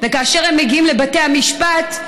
וכאשר הם מגיעים לבתי המשפט,